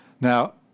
Now